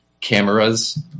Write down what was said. cameras